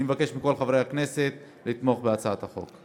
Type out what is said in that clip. אני מבקש מכל חברי הכנסת לתמוך בהצעת החוק.